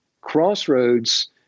crossroads